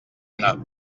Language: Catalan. anar